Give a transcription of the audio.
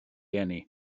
eni